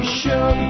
show